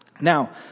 Now